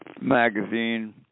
magazine